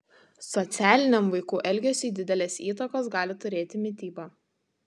socialiniam vaikų elgesiui didelės įtakos gali turėti mityba